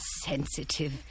sensitive